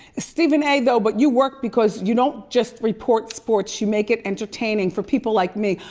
stephen a though, but you work because you don't just report sports, you make it entertaining for people like me.